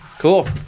Cool